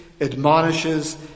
admonishes